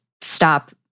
stop